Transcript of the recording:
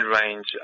range